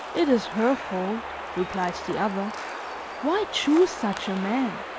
it is her fault, replied the other why choose such a man?